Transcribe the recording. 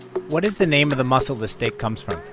what is the name of the muscle the steak comes from?